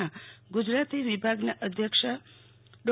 ના ગુજરાતી વિભાગના અધ્યક્ષ ડો